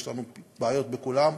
יש לנו בעיות בכולם,